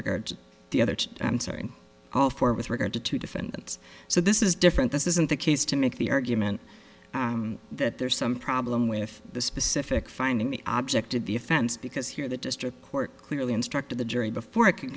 regard to the others i'm sorry all four with regard to two defendants so this is different this isn't the case to make the argument that there's some problem with the specific finding the object of the offense because here the district court clearly instructed the jury before it could